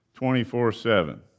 24-7